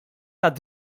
tad